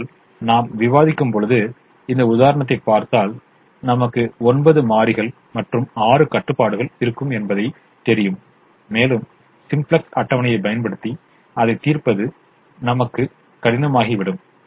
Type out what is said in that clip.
ஆனால் நாம் விவாதிக்கும்பொழுது இந்த உதாரணத்தைப் பார்த்தால் நமக்கு 9 மாறிகள் மற்றும் 6 கட்டுப்பாடுகள் இருக்கும் என்பது தெரியும் மேலும் சிம்ப்ளக்ஸ் அட்டவணையைப் பயன்படுத்தி அதைத் தீர்ப்பது நம்ம கு கடினமாகிவிடும்